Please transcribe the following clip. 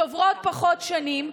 צוברות פחות שנים,